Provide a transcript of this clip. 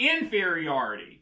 inferiority